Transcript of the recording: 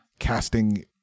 casting